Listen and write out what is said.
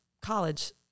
college